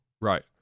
Right